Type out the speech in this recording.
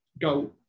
go